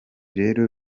rero